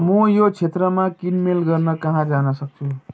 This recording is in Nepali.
म यो क्षेत्रमा किनमेल गर्न कहाँ जान सक्छु